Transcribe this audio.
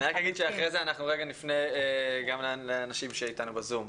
אני רק אגיד שאחרי זה אנחנו רגע נפנה גם לאנשים שאיתנו בזום,